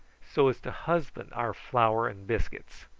so as to husband our flour and biscuits.